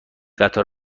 قطار